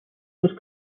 was